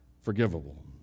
forgivable